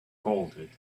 folded